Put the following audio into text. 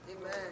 Amen